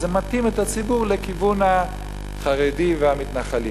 אז הם מטים את הציבור לכיוון החרדים והמתנחלים.